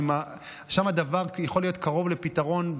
שם הדבר יכול להיות קרוב לפתרון,